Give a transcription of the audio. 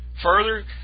Further